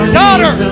daughter